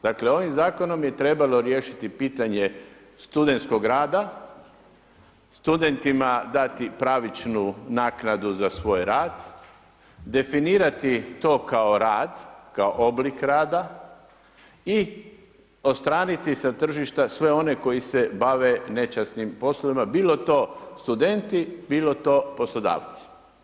Dakle, ovim zakonom je trebalo riješiti pitanje studentskog rada, studentima dati pravičnu naknadu za svoj rad, definirati to kao rad, kao oblik rada i odstraniti sa tržišta sve one koji se bave nečasnim poslovima, bilo to studenti, bilo to poslodavci.